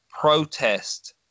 protest